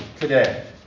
today